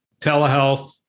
Telehealth